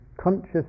conscious